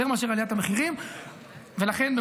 יותר מאשר עליית המחירים,